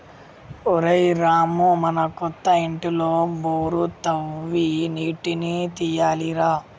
ఒరేయ్ రామూ మన కొత్త ఇంటిలో బోరు తవ్వి నీటిని తీయాలి రా